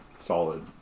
solid